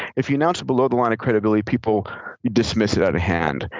if you announce it below the line of credibility, people dismiss it out of hand,